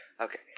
Okay